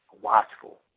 watchful